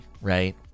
right